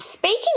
speaking